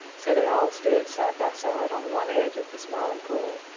so they all stood side by side on one edge of the smiling pool.